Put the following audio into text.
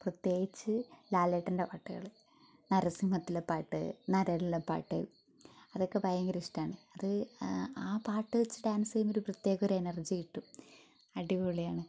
പ്രത്യേകിച്ച് ലാലേട്ടന്റെ പാട്ടുകൾ നരസിംഹത്തിലെ പാട്ട് നരനിലെ പാട്ട് അതൊക്കെ ഭയങ്കര ഇഷ്ടമാണ് അത് ആ പാട്ടു വച്ച് ഡാൻസ് ചെയ്യുമ്പോൾ ഒരു പ്രത്യേക എനർജി കിട്ടും അടിപൊളിയാണ്